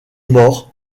mort